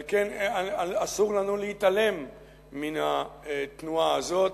על כן, אסור לנו להתעלם מן התנועה הזאת.